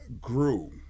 grew